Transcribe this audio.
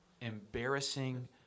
embarrassing